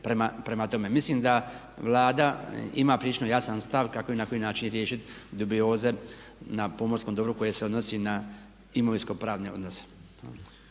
prema tome. Mislim da Vlada ima prilično jasan stav kako i na koji način riješiti dubioze na pomorskom dobru koje se odnosi na imovinsko-pravne odnose.